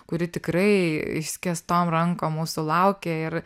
kuri tikrai išskėstom rankom mūsų laukė ir